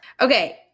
Okay